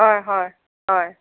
হয় হয়